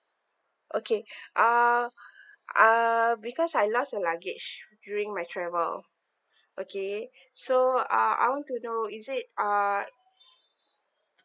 okay uh uh because I lost a luggage during my travel okay so uh I want to know is it uh